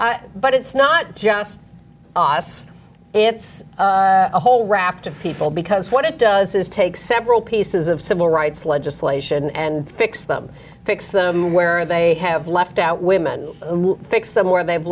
but it's not just us it's a whole raft of people because what it does is take several pieces of civil rights legislation and fix them fix them where they have left out women fix them where they've